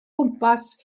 gwmpas